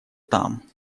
там